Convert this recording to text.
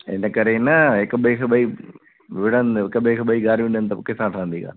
इन करे न हिक ॿिए खे ॿई विड़हनि हिक ॿिए ॿई ॻारियूं ॾियनि त किथां ठहंदी ॻाल्हि